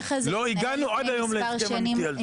לא הגענו עד היום להסכם אמיתי על זה.